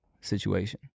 situation